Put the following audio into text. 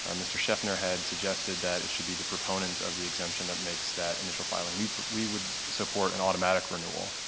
um mr. sheffner had suggested that it should be the proponent of the exemption that makes that initial filing. we we would support an automatic renewal.